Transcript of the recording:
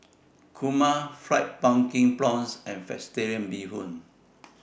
Kurma Fried Pumpkin Prawns and Vegetarian Bee Hoon